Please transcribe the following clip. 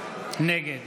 נגד